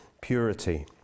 purity